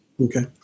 Okay